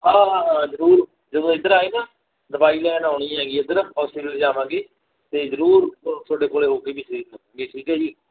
ਹਾਂ ਹਾਂ ਹਾਂ ਜ਼ਰੂਰ ਜਦੋਂ ਇੱਧਰ ਆਏ ਨਾ ਦਵਾਈ ਲੈਣ ਆਉਣੀ ਹੈਗੀ ਇੱਧਰ ਹੌਸਪੀਟਲ ਜਾਵਾਂਗੇ ਤਾਂ ਜ਼ਰੂਰ ਤੁ ਤੁਹਾਡੇ ਕੋਲ ਹੋ ਕੇ ਵੀ ਵੀ ਠੀਕ ਹੈ ਜੀ